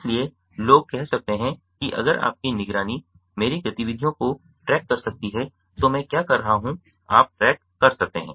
इसलिए लोग कह सकते हैं कि अगर आपकी निगरानी मेरी गतिविधियों को ट्रैक कर सकती है तो मैं क्या कर रहा हूं आप ट्रैक कर सकते है